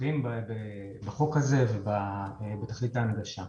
תומכים בחוק הזה ובתכלית ההנגשה.